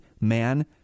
man